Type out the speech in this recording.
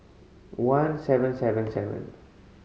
one seven seven seven